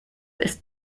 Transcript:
ist